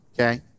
okay